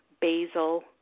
basil